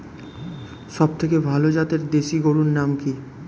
সবথেকে ভালো জাতের দেশি গরুর নাম কি?